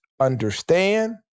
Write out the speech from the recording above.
understand